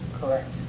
Correct